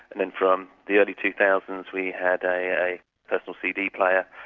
and then from the early two thousand s we had a personal cd player,